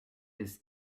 his